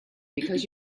because